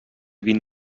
vint